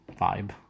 vibe